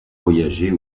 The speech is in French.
voyagé